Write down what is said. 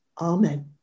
Amen